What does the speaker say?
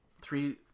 three